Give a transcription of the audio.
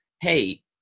Hey